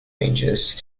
ranges